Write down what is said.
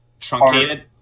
Truncated